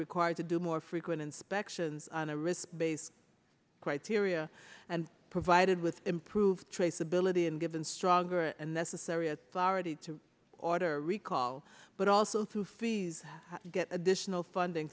required to do more frequent inspections on a risk based criteria and provided with improved traceability and given stronger and necessary authority to order a recall but also through fees to get additional funding